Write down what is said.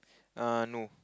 err no